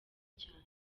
cyane